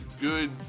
good